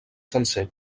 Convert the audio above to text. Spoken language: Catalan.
sencer